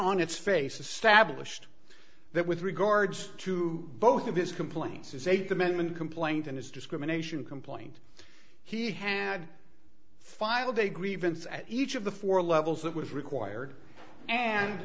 on its face established that with regards to both of his complaints as eighth amendment complaint and his discrimination complaint he had filed a grievance at each of the four levels that was required and